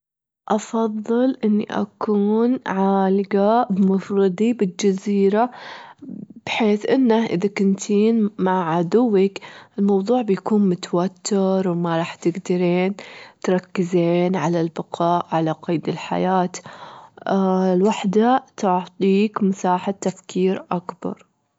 أفضل إني أكون عالجة بمفردي بالجزيرة بحيث إنه إذا كنتين مع عدوك الموضوع بيكون متوتر ، وما راح تجدرين تركزين على البقاء على قيد الحياة، الوحدة تعطيك مساحة تفكير أكبر.